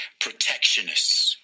protectionists